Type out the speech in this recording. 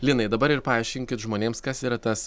linai dabar ir paaiškinkit žmonėms kas yra tas